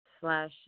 slash